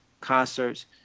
concerts